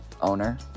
owner